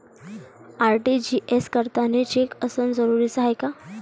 RTGS करतांनी cheque असनं जरुरीच हाय का?